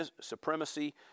supremacy